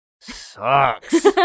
sucks